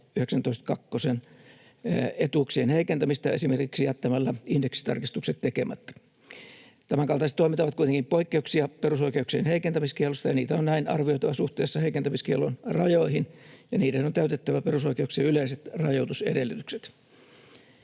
19.2 §:n etuuksien heikentämistä esimerkiksi jättämällä indeksitarkistukset tekemättä. Tämänkaltaiset toimet ovat kuitenkin poikkeuksia perusoikeuksien heikentämiskiellosta, ja niitä on näin arvioitava suhteessa heikentämiskiellon rajoihin, ja niiden on täytettävä perusoikeuksien yleiset rajoitusedellytykset.